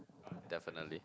definitely